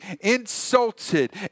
insulted